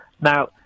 Now